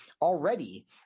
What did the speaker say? already